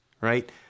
right